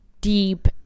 deep